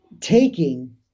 taking